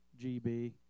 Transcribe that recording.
GB